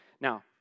Now